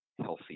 healthy